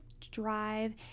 drive